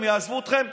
הם יעזבו אתכם,